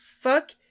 Fuck